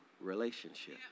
relationship